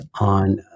on